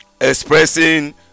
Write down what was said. Expressing